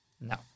No